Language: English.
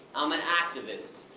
i'm an activist,